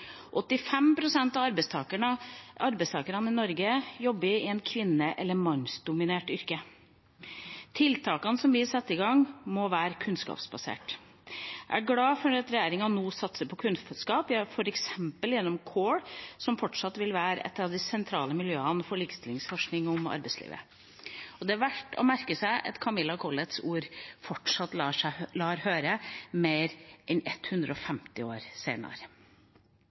pst. av arbeidstakerne i Norge jobber i et kvinne- eller mannsdominert yrke. Tiltakene som vi setter i gang, må være kunnskapsbaserte. Jeg er glad for at regjeringa nå satser på kunnskap, f.eks. gjennom CORE, som fortsatt vil være et av de sentrale miljøene for likestillingsforskning om arbeidslivet. Men det er verdt å merke seg at Camilla Colletts ord fortsatt lar seg høres, mer enn 150 år senere.